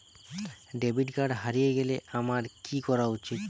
Debit card হারিয়ে গেলে আমার কি করা উচিৎ?